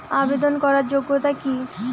আবেদন করার যোগ্যতা কি?